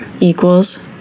equals